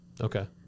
Okay